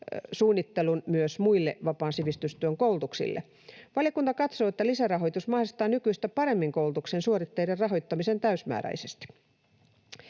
suunnittelun myös muille vapaan sivistystyön koulutuksille. Valiokunta katsoo, että lisärahoitus mahdollistaa nykyistä paremmin koulutuksen suoritteiden rahoittamisen täysmääräisesti.